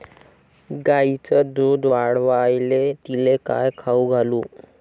गायीचं दुध वाढवायले तिले काय खाऊ घालू?